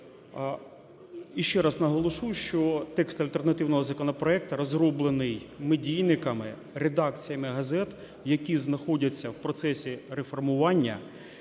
І ще раз наголошу, що текст альтернативного законопроекту розроблений медійниками, редакціями газет, які знаходяться в процесі реформування,